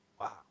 Wow